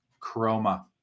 Chroma